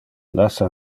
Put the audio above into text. lassa